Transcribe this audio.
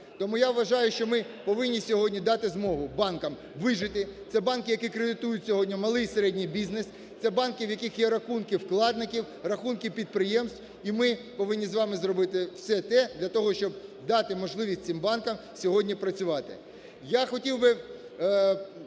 Тому я вважаю, що ми повинні сьогодні дати змогу банками вижити. Це банки, які кредитують сьогодні малий і середній бізнес, це банки, в яких є рахунки вкладників, рахунки підприємств. І ми повинні з вами зробити все те для того, щоб дати можливість цим банкам сьогодні працювати.